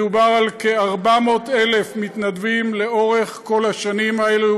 מדובר על כ-400,000 מתנדבים לאורך כל השנים האלה.